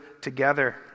together